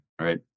right